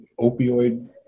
opioid